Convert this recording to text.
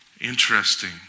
Interesting